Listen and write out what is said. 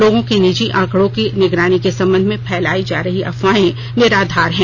लोगों के निजी आंकड़ों की निगरानी के संबंध में फैलाई जा रही अफवाहें निराधार हैं